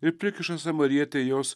ir prikiša samarietę jos